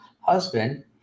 husband